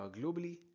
globally